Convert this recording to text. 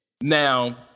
Now